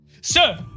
Sir